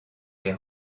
les